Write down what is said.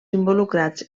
involucrats